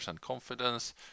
confidence